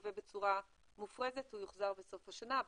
ייגבה בצורה מופרזת הוא יוחזר בסוף השנה.